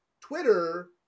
Twitter